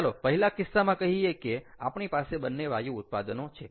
ચાલો પહેલા કિસ્સામાં કહીએ કે આપણી પાસે બંને વાયુ ઉત્પાદનો છે